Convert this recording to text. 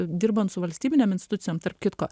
dirbant su valstybinėm institucijom tarp kitko